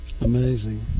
Amazing